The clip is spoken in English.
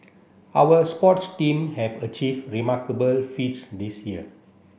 our sports team have achieve remarkable feats this year